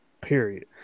period